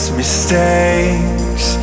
mistakes